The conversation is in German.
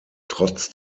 trotz